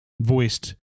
voiced